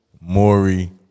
Maury